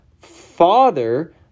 father